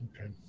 Okay